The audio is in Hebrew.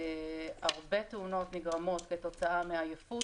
הרבה תאונות נגרמות כתוצאה מעייפות,